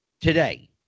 today